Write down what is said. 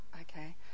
Okay